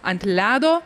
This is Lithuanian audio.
ant ledo